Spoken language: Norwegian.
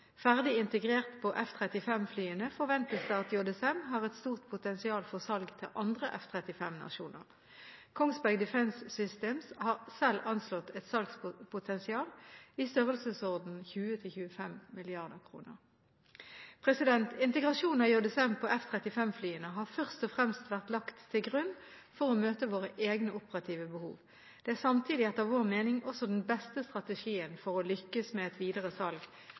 Ferdig integrert på F-35-flyene forventes det at JSM har et stort potensial for salg til andre F-35-nasjoner. Kongsberg Defence Systems har selv anslått et salgspotensial i størrelsesorden 20–25 mrd. kr. Integrasjon av JSM på F-35-flyene har først og fremst vært lagt til grunn for å møte våre egne operative behov. Det er samtidig, etter vår mening, også den beste strategien for å lykkes med et videre salg